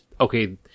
okay